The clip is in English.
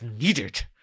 needed